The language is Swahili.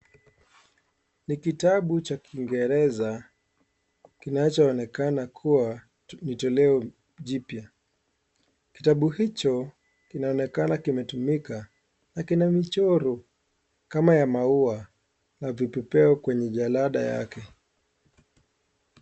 NI kitabu cha kingereza kinachoonekana kuwa ni toleo jipya. Kitabu hicho kinaonekana kimetumika na kina michoro kama ya maua na vipepeo kwenye jalada yake.